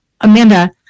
amanda